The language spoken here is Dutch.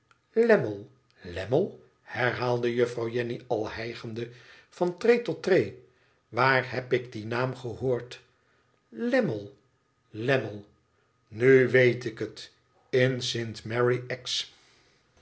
herhaalde juffrouw jenny al hijgende van tree tot tree waar heb ik dien naam gehoord lammie lammie nu weet ik het in